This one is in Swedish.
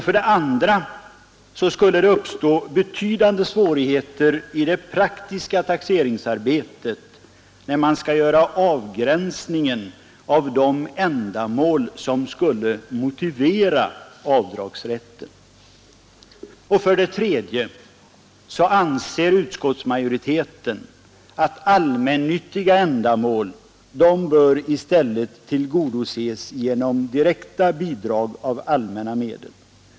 För det andra skulle det uppstå betydande svårigheter i det praktiska taxeringsarbetet, när man skall göra avgränsningar av de ändamål som skall motivera avdragsrätten. För det tredje anser utskottsmajoriteten att allmännyttiga ändamål i stället bör tillgodoses genom direkta bidrag av allmänna medel.